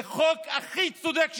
זה החוק הכי צודק שיש.